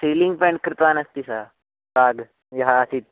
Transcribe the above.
ceiling fan कृतवान् अस्ति सा कार्ड् यः आसीत्